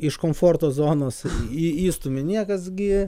iš komforto zonos į išstumi niekas gi